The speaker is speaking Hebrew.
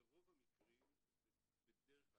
בדרך כלל,